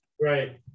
right